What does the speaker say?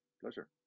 Pleasure